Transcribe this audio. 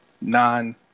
non